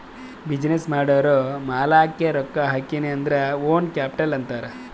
business ಮಾಡೂರ್ ಮಾಲಾಕ್ಕೆ ರೊಕ್ಕಾ ಹಾಕಿನ್ ಅಂದುರ್ ಓನ್ ಕ್ಯಾಪಿಟಲ್ ಅಂತಾರ್